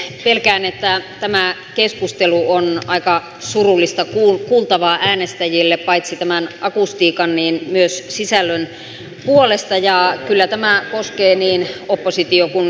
pelkään että tämä keskustelu on aika surullista kuultavaa äänestäjille paitsi tämän akustiikan myös sisällön puolesta ja kyllä tämä koskee niin oppositio kuin hallituspuolueita